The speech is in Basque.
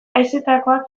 haizetakoak